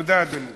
תודה, אדוני.